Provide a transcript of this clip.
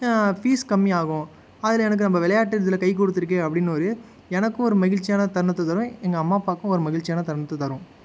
fees கம்மியாகும் அதில் எனக்கு நம்ம விளையாட்டு இதில் கைக்கொடுத்துருக்கு அப்படின்னு ஒரு எனக்கும் ஒரு மகிழ்ச்சியான தருணத்தை தரும் எங்கள் அம்மா அப்பாவுக்கும் ஒரு மகிழ்ச்சியான தருணத்தை தரும்